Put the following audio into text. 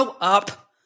up